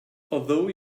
although